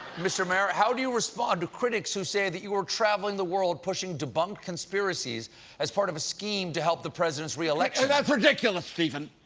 mr. mayor, how do you respond to critics who say that you were traveling the world pushing debunked conspiracies as part of a scheme to help the president's re-election? that's ridiculous, stephen.